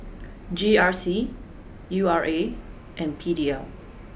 G R C U R A and P D L